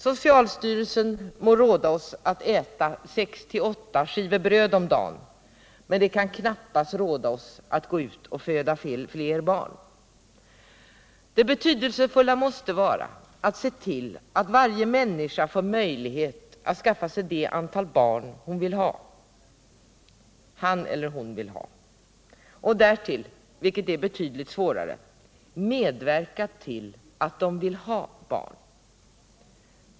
Socialstyrelsen må råda oss att äta sex till åtta skivor bröd om dagen, men den kan knappast råda oss att föda fler barn. Det betydelsefulla måste vara att se till att varje människa får möjlighet att skaffa det antal barn han eller hon vill ha och att därvid, vilket är betydligt svårare, se till att de vill ha barn.